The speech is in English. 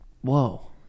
Whoa